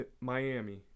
Miami